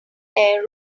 air